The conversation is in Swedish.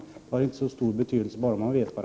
Det har inte så stor betydelse bara man vet — Prot.